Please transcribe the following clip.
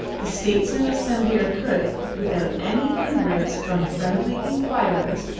the statesman of sambir could, without any hindrance from friendly inquirers,